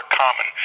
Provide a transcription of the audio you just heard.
common